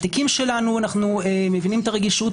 בתיקים שלנו אנחנו מבינים את הרגישות